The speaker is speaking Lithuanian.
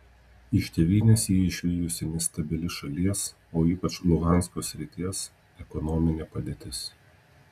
iš tėvynės jį išvijusi nestabili šalies o ypač luhansko srities ekonominė padėtis